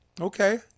Okay